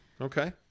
Okay